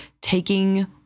taking